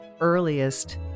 earliest